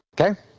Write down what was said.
Okay